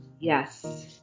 Yes